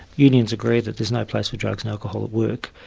unions agree that there's no place for drugs and alcohol at work,